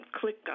click